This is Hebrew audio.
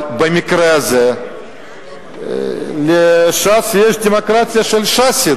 אבל במקרה הזה לש"ס יש דמוקרטיה של ש"ס.